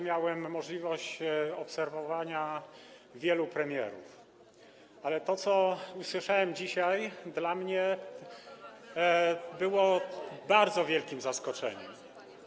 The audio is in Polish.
Miałem możliwość obserwowania wielu premierów, ale to, co usłyszałem dzisiaj, było dla mnie bardzo wielkim zaskoczeniem.